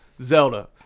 Zelda